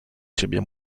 ciebie